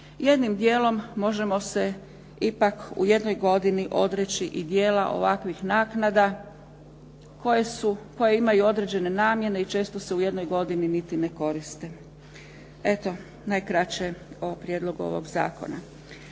Jednim dijelom možemo se ipak u jednoj godini odreći i dijela ovakvih naknada koje imaju određene namjene i često se u jednoj godini niti ne koriste. Eto, najkraće o prijedlogu ovog zakona.